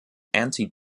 anti